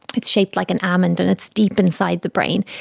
it's shaped like an almond and it's deep inside the brain,